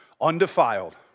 undefiled